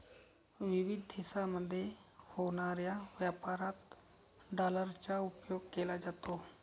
विविध देशांमध्ये होणाऱ्या व्यापारात डॉलरचा उपयोग केला जातो